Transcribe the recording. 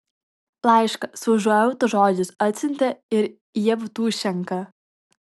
laišką su užuojautos žodžiais atsiuntė ir jevtušenka